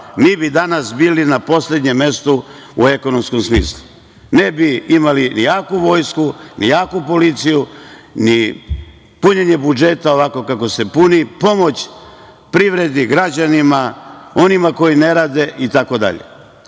mi bi danas bili na poslednjem mestu u ekonomskom smislu. Ne bi imali ni jaku vojsku, ni jaku policiju, ni punjenje budžeta ovako kako se puni, pomoć privredi, građanima, onima koji ne rade,